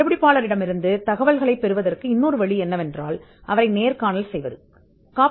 கண்டுபிடிப்பாளரிடமிருந்து தகவல்களைப் பெறுவதற்கான மற்றொரு வழி கண்டுபிடிப்பாளரை நேர்காணல் செய்வதன் மூலம்